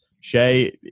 Shay